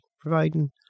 providing